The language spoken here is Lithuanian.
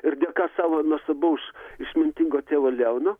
ir dėka savo nuostabaus išmintingo tėvo leono